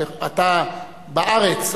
אתה בארץ,